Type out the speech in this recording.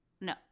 no